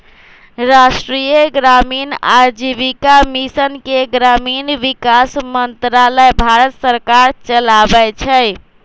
राष्ट्रीय ग्रामीण आजीविका मिशन के ग्रामीण विकास मंत्रालय भारत सरकार चलाबै छइ